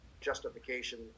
justification